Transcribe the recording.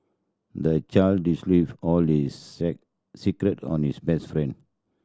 the child all secret on his best friend